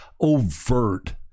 overt